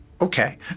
okay